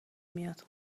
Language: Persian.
میاد